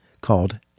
Called